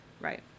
right